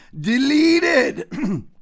deleted